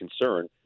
concern